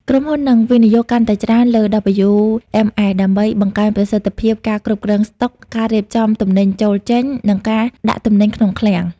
ក្រុមហ៊ុននឹងវិនិយោគកាន់តែច្រើនលើ WMS ដើម្បីបង្កើនប្រសិទ្ធភាពការគ្រប់គ្រងស្តុក ការរៀបចំទំនិញចូល-ចេញ និងការដាក់ទំនិញក្នុងឃ្លាំង។